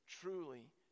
Truly